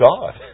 God